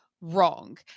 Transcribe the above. wrong